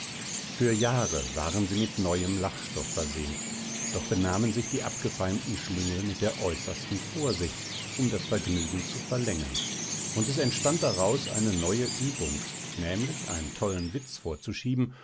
für jahre waren sie mit neuem lachstoff versehen doch benahmen sich die abgefeimten schlingel mit der äußersten vorsicht um das vergnügen zu verlängern und es entstand daraus eine neue übung nämlich einen tollen witz vorzuschieben